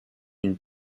une